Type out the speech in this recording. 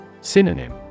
Synonym